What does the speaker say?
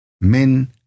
men